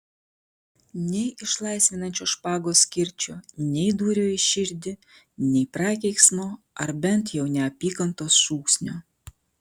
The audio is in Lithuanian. nei išlaisvinančio špagos kirčio nei dūrio į širdį nei prakeiksmo ar bent jau neapykantos šūksnio